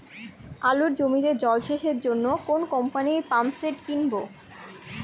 আলুর জমিতে জল সেচের জন্য কোন কোম্পানির পাম্পসেট কিনব?